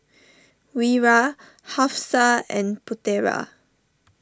Wira Hafsa and Putera